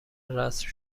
رسم